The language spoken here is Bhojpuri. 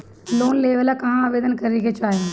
लोन लेवे ला कहाँ आवेदन करे के चाही?